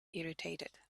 irritated